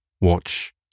watch